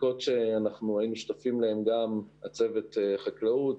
הבדיקות להן גם אנחנו היינו שותפים, צוות החקלאות,